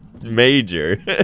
major